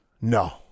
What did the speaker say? No